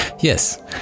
Yes